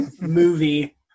movie